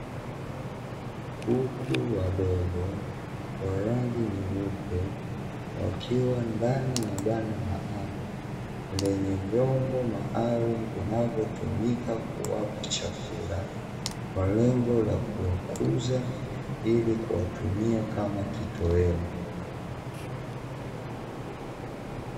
Kuku wadogo wenye rangi nyeupe wakiwa ndani ya banda maalumu, lenye vyombo maalumu vinavyotumika kuwapa chakula kwa lengo la kuwakuza ili kuwatumia kama kitoweo.